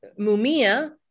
Mumia